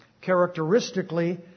characteristically